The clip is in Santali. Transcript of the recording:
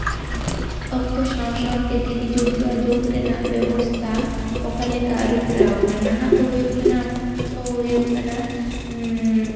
ᱚᱠᱛᱚ ᱥᱟᱶ ᱥᱟᱶᱛᱮ ᱰᱮᱞᱤ ᱡᱚᱜᱟᱡᱳᱜᱽ ᱨᱮᱱᱟᱜ ᱵᱮᱵᱚᱥᱛᱷᱟ ᱚᱠᱟ ᱞᱮᱠᱟ ᱟᱹᱨᱩ ᱯᱷᱮᱨᱟᱣ ᱟᱠᱟᱱᱟ ᱱᱟᱜᱟᱜ ᱫᱚ ᱦᱩᱭᱩᱜ ᱠᱟᱱᱟ ᱦᱩᱭᱩᱜ ᱠᱟᱱᱟ